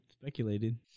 speculated